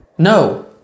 No